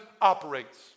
operates